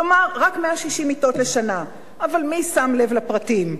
כלומר, רק 160 מיטות לשנה, אבל מי שם לב לפרטים.